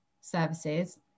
services